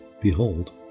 behold